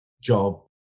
job